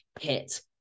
hit